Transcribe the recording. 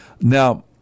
now